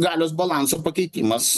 galios balanso pakeitimas